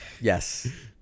Yes